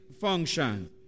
function